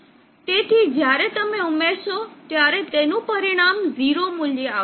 તેથી જ્યારે તમે ઉમેરશો ત્યારે તેનું પરિણામ ઝીરો મૂલ્યમાં આવશે